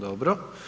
Dobro.